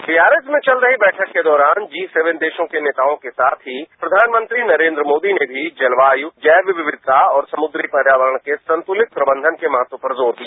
Biarritz में चल रही बैठक के दौरान जी सेवन देशों के नेताओं के साथ ही प्रधानमंत्री नरेन्द्र मोदी ने भी जलवाय जैव विविधता और समुद्री पर्यावरण के संतुलित प्रबंधन के महत्व पर जोर दिया